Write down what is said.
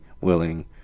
willing